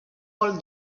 paul